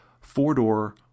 four-door